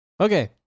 Okay